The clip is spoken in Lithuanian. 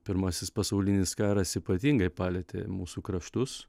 pirmasis pasaulinis karas ypatingai palietė mūsų kraštus